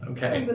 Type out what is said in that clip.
Okay